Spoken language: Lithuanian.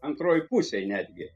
antroj pusėj netgi